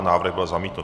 Návrh byl zamítnut.